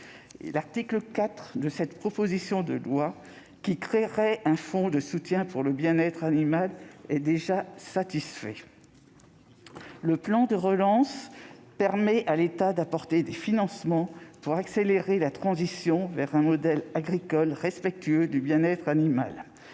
l'article 4 de cette proposition de loi, qui crée un fonds de soutien pour le bien-être animal, il est déjà satisfait : le plan de relance permet à l'État d'apporter des financements pour accélérer la transition vers un modèle agricole respectueux du bien-être animal.